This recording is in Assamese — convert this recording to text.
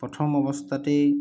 প্ৰথম অৱস্থাতেই